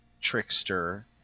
trickster